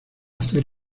hacer